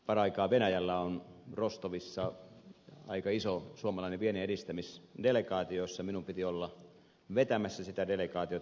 paraikaa venäjällä on rostovissa aika iso suomalainen vienninedistämisdelegaatio ja minun piti olla vetämässä sitä delegaatiota